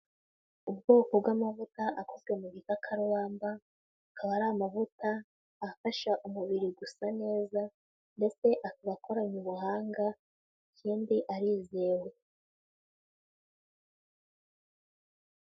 Ubwoko bw'amavuta akozwe mu gitakarubamba, akaba ari amavuta afasha umubiri gusa neza ndetse akaba akoranye ubuhanga ikindi arizewe.